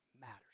matters